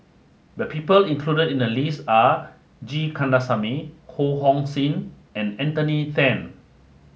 the people included in the list are G Kandasamy Ho Hong Sing and Anthony Then